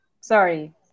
sorry